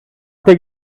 take